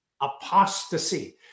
apostasy